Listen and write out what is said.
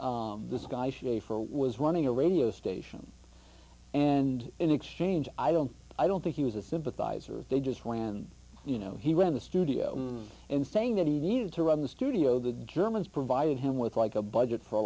guy shaffer was running a radio station and in exchange i don't i don't think he was a sympathizer they just ran you know he were in the studio and saying that he needed to run the studio the germans provided him with like a budget for